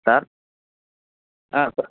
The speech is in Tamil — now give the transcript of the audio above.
சார் ஆ சார்